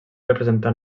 representar